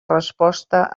resposta